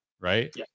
right